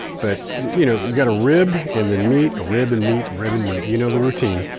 but, you know, you got a rib and then meat, rib and meat, rib and meat. you know the routine.